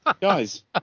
Guys